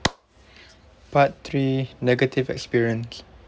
part three negative experience